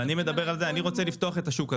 אבל אני מדבר על זה, אני רוצה לפתוח את השוק.